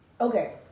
Okay